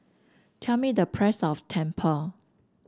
tell me the price of tumpeng